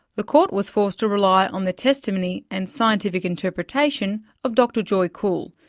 the court was forced to rely on the testimony and scientific interpretation of dr joy kuhl,